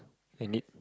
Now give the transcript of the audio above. and it